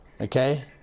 Okay